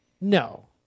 No